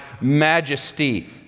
majesty